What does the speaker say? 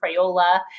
Crayola